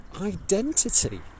identity